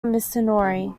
missouri